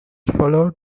followed